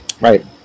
Right